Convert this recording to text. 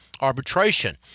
arbitration